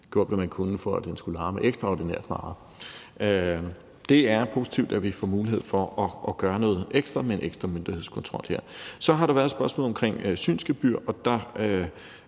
gjort, hvad man kunne, for at den skulle larme ekstraordinært meget. Det er positivt, at vi her får mulighed for at gøre noget ekstra med en ekstra myndighedskontrol. Så har der været spørgsmål om synsgebyr, og der